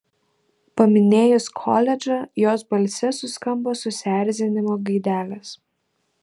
paminėjus koledžą jos balse suskambo susierzinimo gaidelės